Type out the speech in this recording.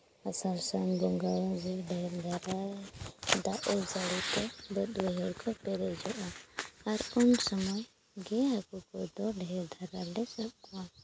ᱟᱥᱟᱲ ᱥᱟᱱ ᱵᱚᱸᱜᱟ ᱡᱷᱚᱢᱼᱡᱷᱚᱢᱮᱭ ᱫᱟᱜᱟ ᱫᱟᱜ ᱡᱟᱹᱲᱤ ᱛᱮ ᱵᱟᱹᱫᱽᱼᱵᱟᱹᱭᱦᱟᱹᱲ ᱠᱚ ᱯᱮᱨᱮᱡᱚᱜᱼᱟ ᱟᱨ ᱠᱚ ᱥᱟᱱᱟᱢ ᱜᱮ ᱦᱟᱹᱠᱩ ᱠᱚᱫᱚ ᱰᱷᱮᱹᱨ ᱫᱷᱟᱨᱟ ᱞᱮ ᱥᱟᱵᱽ ᱠᱚᱣᱟ